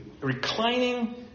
reclining